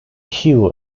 hue